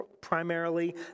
primarily